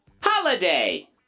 Holiday